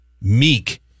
meek